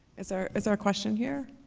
is there is there a question here?